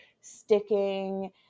sticking